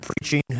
preaching